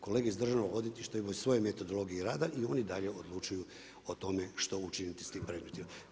Kolege iz Državnog odvjetništva imaju svoje metodologije rada i oni dalje odlučuju o tome što učiniti s tim predmetima.